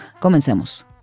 Comencemos